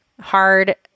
hard